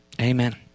amen